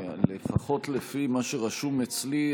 לפחות לפי מה שרשום אצלי,